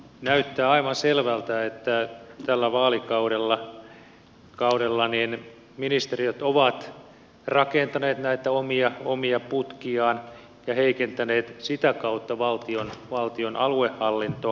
näyttää aivan selvältä että tällä vaalikaudella ministeriöt ovat rakentaneet näitä omia putkiaan ja heikentäneet sitä kautta valtion aluehallintoa